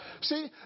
See